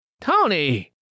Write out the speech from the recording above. Tony